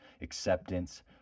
acceptance